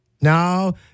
Now